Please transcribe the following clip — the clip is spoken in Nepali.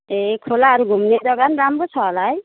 ए खोलाहरू घुम्ने जग्गा पनि राम्रो छ होला है